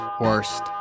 Worst